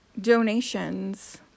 Donations